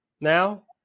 now